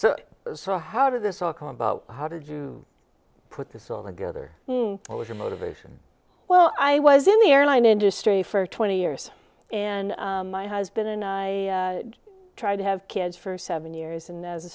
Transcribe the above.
so how did this all come about how to do put this all together what was your motivation well i was in the airline industry for twenty years and my husband and i tried to have kids for seven years and as